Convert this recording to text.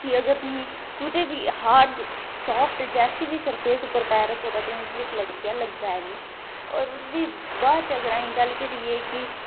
कि तुस कुदै बी हार्ड सॉफ्ट सरफेस पर पैर रक्खो तुसैं गी स्लिप लग्गै ते तुसैं गी लग्गै नीं होर बाद च अगर अस करियै